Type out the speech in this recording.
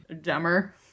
dumber